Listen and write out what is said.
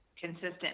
consistent